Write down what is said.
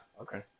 Okay